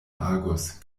agus